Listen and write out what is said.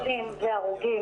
חולים והרוגים